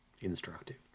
instructive